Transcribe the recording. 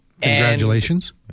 Congratulations